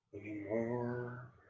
anymore